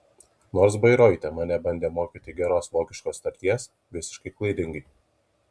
nors bairoite mane bandė mokyti geros vokiškos tarties visiškai klaidingai